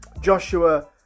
Joshua